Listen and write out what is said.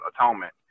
atonement